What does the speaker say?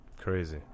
Crazy